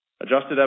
Adjusted